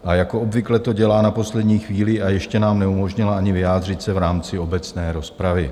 A jako obvykle to dělá na poslední chvíli, a ještě nám neumožnila ani vyjádřit se v rámci obecné rozpravy.